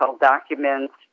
documents